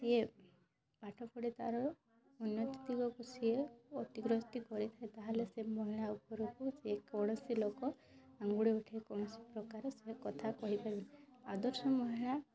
ଇଏ ପାଠପଢ଼ି ତା'ର ଉନ୍ନତି ଦିଗକୁ ସିଏ ଅତିଗ୍ରସ୍ତି କରିଥାଏ ତା'ହେଲେ ସେ ମହିଳା ଉପୁରକୁ ଯେକୌଣସି ଲୋକ ଆଙ୍ଗୁଳି ଉଠେଇକି କୌଣସି ପ୍ରକାର ସେ କଥା କହି ପାରିବ ନାହିଁ ଆଦର୍ଶ ମହିଳା